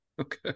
Okay